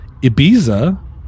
ibiza